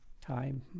time